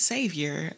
Savior